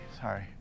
sorry